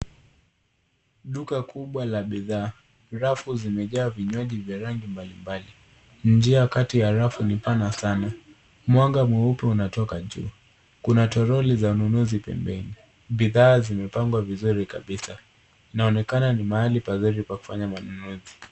Duka kubwa la bidhaa. Rafu zimejaa vinywaji za rangi mbalimbali. Njia kati ya rafu ni pana sana. Mwanga mweupe unatoka juu. Kuna toroli za ununuzi pembeni. Bidhaa zimepangwa vizuri kabisa. Inaonekana ni mahali pazuri pa kufanya manunuzi.